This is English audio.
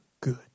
good